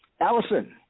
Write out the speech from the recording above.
Allison